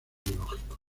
biológico